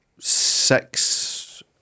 Six